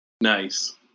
Nice